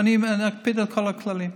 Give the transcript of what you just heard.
ונקפיד על כל הכללים,